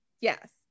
Yes